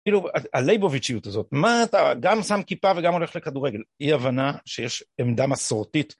הלייבוביטש'יות הזאת, מה אתה גם שם כיפה וגם הולך לכדורגל, היא הבנה שיש עמדה מסורתית.